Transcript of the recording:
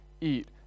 eat